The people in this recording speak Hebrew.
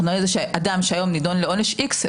אנחנו מדברים על כך שאדם שהיום נדון לעונש איקס,